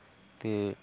ते